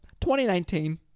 2019